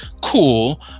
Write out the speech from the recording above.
Cool